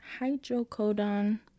hydrocodone